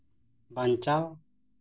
ᱵᱟᱧᱪᱟᱣ